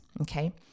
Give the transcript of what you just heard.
Okay